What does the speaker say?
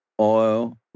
Oil